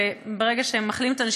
ברגע שכוללים אותן,